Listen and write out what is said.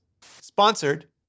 Sponsored